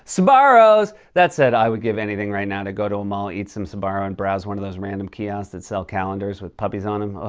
sbarro's! that said, i would give anything right now to go to a mall, eat some sbarro's and browse one of those random kiosks that sell calendars with puppies on them. oh!